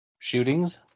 Shootings